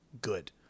good